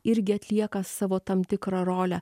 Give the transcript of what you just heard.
irgi atlieka savo tam tikrą rolę